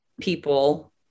people